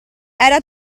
era